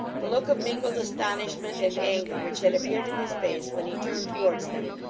the look of mingled astonishment and anger which had appeared in his face when he turned towards them,